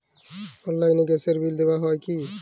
অনলাইনে গ্যাসের বিল দেওয়া যায় কি?